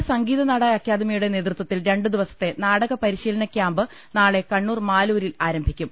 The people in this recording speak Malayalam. കേരള സംഗീത നാടക അക്കാദമിയുടെ നേതൃത്വത്തിൽ രണ്ടുദിവസത്തെ നാടക പരിശീലന ക്യാമ്പ് നാളെ കണ്ണൂർ മാലൂരിൽ ആരംഭിക്കും